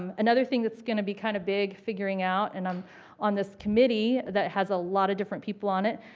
um another thing that's going to be kind of big, figuring out, and i'm on this committee that has a lot of different people on it,